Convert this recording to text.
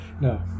no